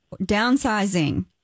downsizing